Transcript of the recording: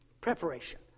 Preparation